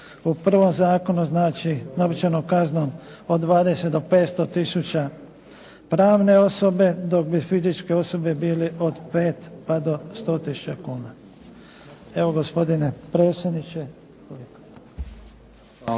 u prvom zakonu. Znači novčanom kaznom od 20 do 500 tisuća pravne osobe, dok bi fizičke osobe bile od 5 pa do 100 tisuća kuna. Evo, gospodine predsjedniče.